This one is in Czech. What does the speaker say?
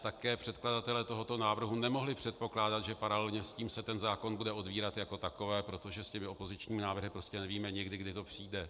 Také předkladatelé tohoto návrhu nemohli předpokládat, že paralelně s tím se ten zákon bude otevírat jako takový, protože s těmi opozičními návrhy nevíme nikdy, kdy to přijde.